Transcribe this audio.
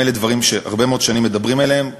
גם אלה דברים שהרבה מאוד שנים מדברים עליהם,